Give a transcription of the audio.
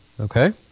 Okay